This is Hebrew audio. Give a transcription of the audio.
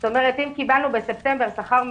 זאת אומרת, אם קיבלנו בספטמבר שכר מלא,